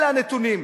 אלה הנתונים.